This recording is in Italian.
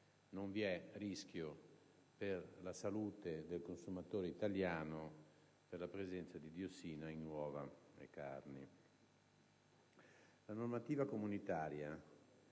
non vi è rischio per la salute del consumatore italiano per la presenza di diossina in uova e carne. La normativa comunitaria